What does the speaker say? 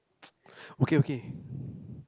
okay okay